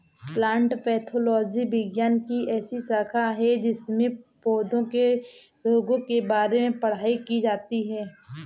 plant pathology विज्ञान की ऐसी शाखा है जिसमें पौधों के रोगों के बारे में पढ़ाई की जाती है